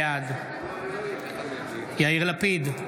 בעד יאיר לפיד,